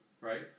right